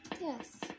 Yes